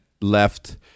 left